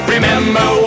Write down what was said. Remember